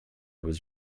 was